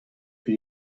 for